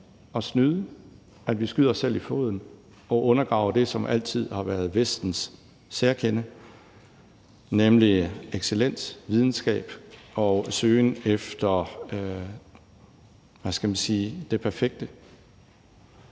at snyde, at vi skyder os selv i foden og undergraver det, som altid har været Vestens særkende, nemlig excellens, videnskab og søgen efter – hvad